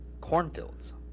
cornfields